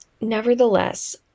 nevertheless